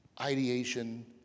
Ideation